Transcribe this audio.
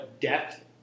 depth